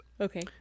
Okay